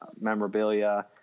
memorabilia